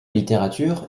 littérature